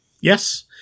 Yes